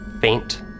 faint